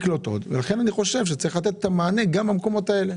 לכן אני חושב שצריך לתת את המענה גם למקומות האלה.